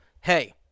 Hey